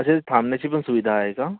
अच्छा तिथे थांबण्याची पण सुविधा आहे का